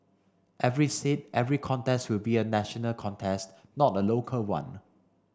every seat every contest will be a national contest not a local one